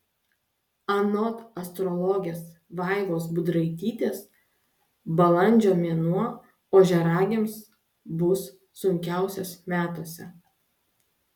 anot astrologės vaivos budraitytės balandžio mėnuo ožiaragiams bus sunkiausias metuose